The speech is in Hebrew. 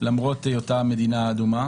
למרות היותה מדינה אדומה.